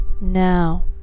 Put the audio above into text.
Now